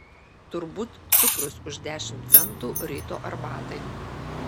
turbūt cukrus už dešimt centų ryto arbatai